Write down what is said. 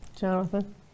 Jonathan